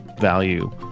value